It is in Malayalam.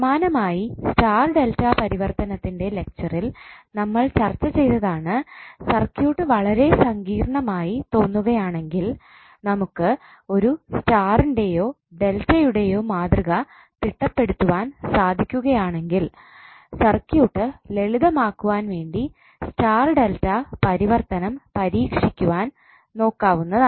സമാനമായി സ്റ്റാർ ഡെൽറ്റ പരിവർത്തനതിൻറെ ലെക്ച്ചറിൽ നമ്മൾ ചർച്ച ചെയ്തതാണ് സർക്യൂട്ട് വളരെ സങ്കീർണ്ണമായി തോന്നുകയാണെങ്കിൽ നമുക്ക് ഒരു സ്റ്റാർൻറെയോ ഡെൽറ്റ യുടെയോ മാതൃക തിട്ടപ്പെടുത്തുവാൻ സാധിക്കുകയാണെങ്കിൽ സർക്യൂട്ട് ലളിതമാകുവാൻ വേണ്ടി സ്റ്റാർ ഡെൽറ്റ പരിവർത്തനം പരീക്ഷിക്കുവാൻ നോക്കാവുന്നതാണ്